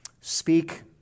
Speak